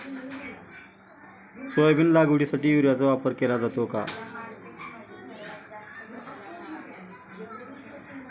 Soybean लागवडीसाठी युरियाचा वापर केला जातो का?